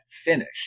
finish